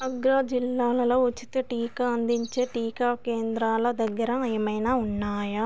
ఆగ్రా జిల్లాలలో ఉచిత టీకా అందించే టీకా కేంద్రాల దగ్గర ఏమైనా ఉన్నాయా